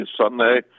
Sunday